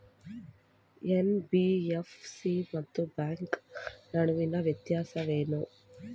NBFC ಮತ್ತು bank ನಡುವಿನ ವ್ಯತ್ಯಾಸವೇನು?